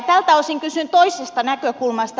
tältä osin kysyn toisesta näkökulmasta